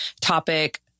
topic